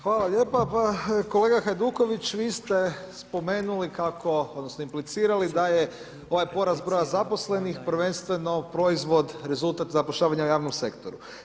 Hvala lijepa, pa kolega Hajduković vi ste spomenuli kako, odnosno implicirali da je ovaj porast broja zaposlenih prvenstveno proizvod, rezultat zapošljavanja u javnom sektoru.